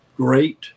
Great